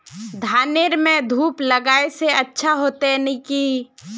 धानेर में धूप लगाए से अच्छा होते की नहीं?